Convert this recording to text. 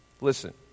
listen